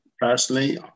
Personally